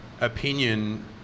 opinion